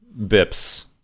bips